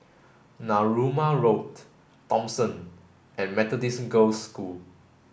Narooma Road Thomson and Methodist Girls' School